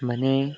ಮನೆ